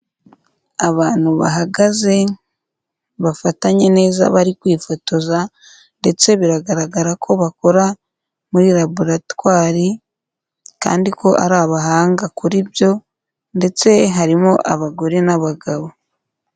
Abantu bahagaze bafatanye neza bari kwifotoza ndetse biragaragara ko bakora muri laboratwari kandi ko ari abahanga kuri byo ndetse harimo abagore n'abagabo.